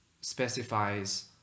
specifies